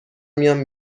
میام